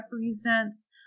represents